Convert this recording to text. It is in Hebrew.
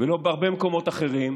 ולא בהרבה מקומות אחרים,